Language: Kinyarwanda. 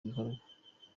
gikorwa